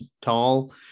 tall